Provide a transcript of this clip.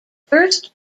first